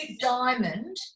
diamond